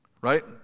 Right